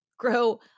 grow